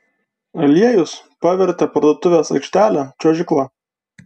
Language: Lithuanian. aliejus pavertė parduotuvės aikštelę čiuožykla